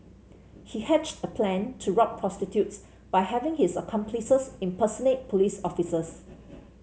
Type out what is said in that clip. he hatched a plan to rob prostitutes by having his accomplices impersonate police officers